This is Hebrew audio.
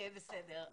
בסדר.